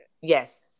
Yes